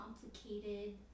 complicated